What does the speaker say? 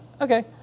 okay